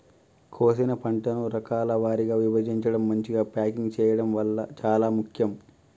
కోసిన పంటను రకాల వారీగా విభజించడం, మంచిగ ప్యాకింగ్ చేయడం చాలా ముఖ్యం